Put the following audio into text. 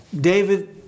David